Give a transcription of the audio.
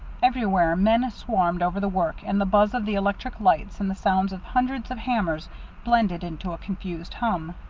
everywhere men swarmed over the work, and the buzz of the electric lights and the sounds of hundreds of hammers blended into a confused hum.